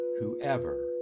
whoever